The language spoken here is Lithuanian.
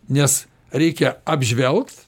nes reikia apžvelgt